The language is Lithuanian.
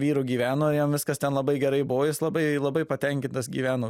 vyru gyveno ir jam viskas ten labai gerai buvo jis labai labai patenkintas gyveno